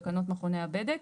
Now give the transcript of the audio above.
תקנות מכוני הבדק.